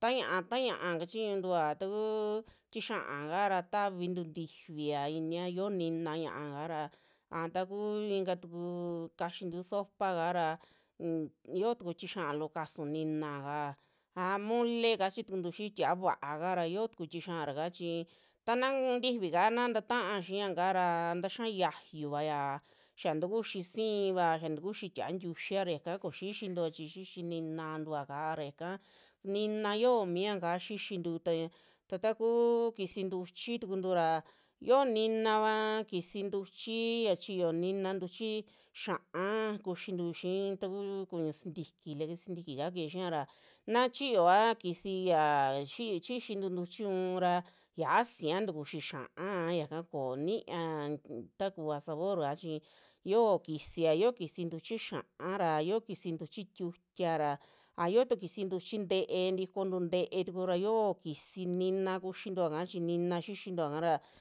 ta ña'a, ta ña'a kachiñutua takuu tixia kaa tavintu ntifia inia yoo nina ñiaa kara a taku katuku kaxintu sopaka ra un- yio tuku tixia loo kasu ninaa kaa aja mole kachi tukuntu xi'i tia'a vuaaka ra yio tuku tixia'ara ka chi tana n tifika na tata'a xia kaa taxiaa yiayu vaya xia takuxi siiva, xia tatuxi tia'a ntuxia yaka koo xixintua chi, xixi ninantua kara xiaka, nina yoo miaka xixintu taya takuu kisi ntuchi tukuntun ra xio ninava kisi ntuchi ya chiyo nina ntuchi xia'á kuxintu xii taku kuñu sintiki, leke sintiki ka keje xiara, naa chiyoa kisi yaa xixintu ntuchi u'unra xiasia tukuxi xia'á ñaka koo niaa takuva sabor vua chi yo'o kisia, yo'o kisi ntuchi xia'á ra, yo'o kisi ntuchi tiutiara, a yo'o tu kisinti ntuchi te'e tikontu te'e tukura xio kisi nina kuxintuaka chi nina xixintua kara.